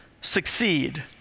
succeed